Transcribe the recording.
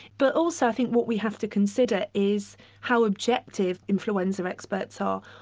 but also i think what we have to consider is how objective influenza experts are.